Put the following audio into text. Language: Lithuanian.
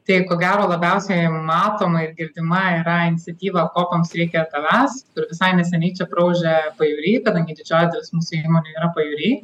tai ko gero labiausiai matoma ir girdima yra iniciatyva kopoms reikia tavęs visai neseniai čia praūžė pajūry kadangi didžioji dalis mūsų įmonių yra pajūry